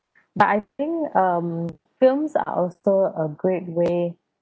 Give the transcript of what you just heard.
but I think um films are also a great way